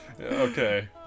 Okay